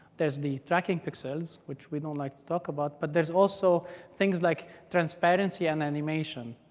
there's the tracking pixels, which we don't like talk about. but there's also things like transparency and animation.